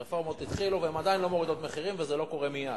הרפורמות התחילו והן עדיין לא מורידות מחירים וזה לא קורה מייד,